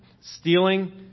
Stealing